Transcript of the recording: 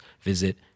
visit